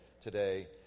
today